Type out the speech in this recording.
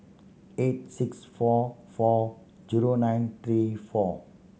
eight six four four zero nine three four